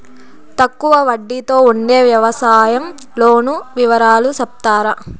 తక్కువ వడ్డీ తో ఉండే వ్యవసాయం లోను వివరాలు సెప్తారా?